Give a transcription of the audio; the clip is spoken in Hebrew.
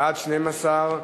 בעד, 12,